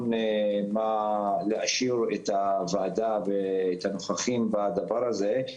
במה להעשיר את הוועדה ואת הנוכחים בדבר הזה,